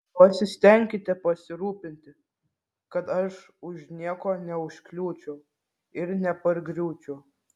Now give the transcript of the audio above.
pasistenkite pasirūpinti kad aš už nieko neužkliūčiau ir nepargriūčiau